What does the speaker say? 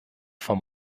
vom